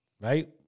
right